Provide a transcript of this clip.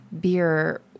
beer